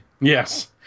Yes